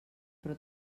però